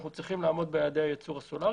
אנחנו צריכים לעמוד ביעדי הייצור הסולרי